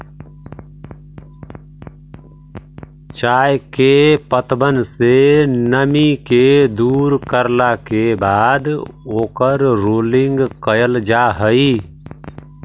चाय के पत्तबन से नमी के दूर करला के बाद ओकर रोलिंग कयल जा हई